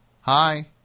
Hi